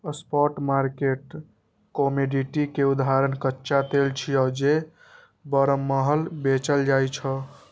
spot market commodity के उदाहरण कच्चा तेल छियै, जे बरमहल बेचल जाइ छै